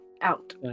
out